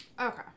Okay